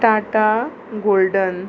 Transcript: Tata golden